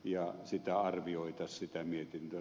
ja sitä arvioita siitä mietintö